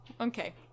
Okay